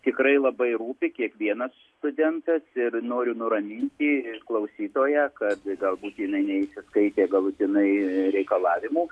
tikrai labai rūpi kiekvienas studentas ir noriu nuraminti klausytoją kad galbūt jinai neįsiskaitė galutinai reikalavimų